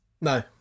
No